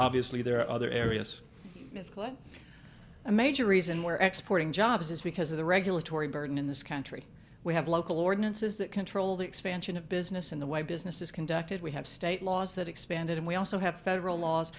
obviously there are other areas like a major reason we're exporting jobs is because of the regulatory burden in this country we have local ordinances that control the expansion of business in the way business is conducted we have state laws that expanded and we also have federal laws